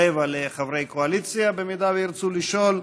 רבע לחברי קואליציה, במידה שירצו לשאול.